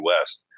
West